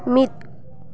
ᱢᱤᱫ